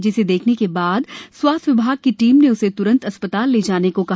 जिसे देखने के बाद स्वास्थ्य विभाग की टीम ने उसे त्रंत अस्पताल ले जाना को कहा